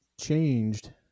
changed